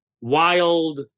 wild